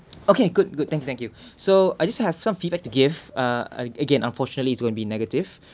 okay good good thank you thank you so I just to have some feedback to give ah again unfortunately it's going to be negative